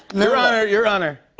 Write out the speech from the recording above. you're honor, you're honor.